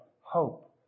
hope